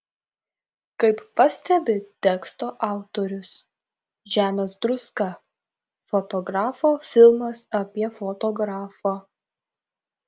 kaip pastebi teksto autorius žemės druska fotografo filmas apie fotografą